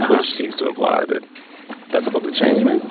which seems to imply that that's about to change, maybe?